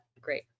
Great